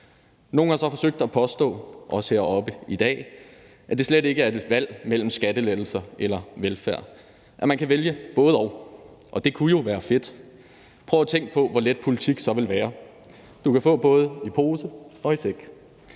Nogle har så forsøgt at påstå, også heroppe i dag, at det slet ikke er et valg mellem skattelettelser eller velfærd – at man kan vælge både-og. Det kunne jo være fedt. Prøv at tænk på, hvor let politik så ville være. Du kan få både i pose og i sæk.